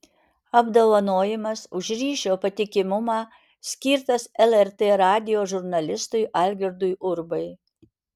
apdovanojimas už ryšio patikimumą skirtas lrt radijo žurnalistui algirdui urbai